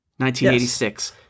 1986